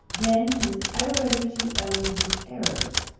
then he was ever ready to own his errors.